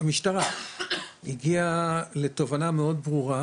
והמשטרה הגיעה לתובנה מאוד ברורה